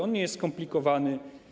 On nie jest skomplikowany.